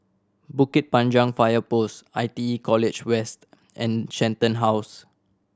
Bukit Panjang Fire Post I T E College West and Shenton House